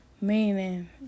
Meaning